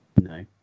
No